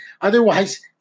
Otherwise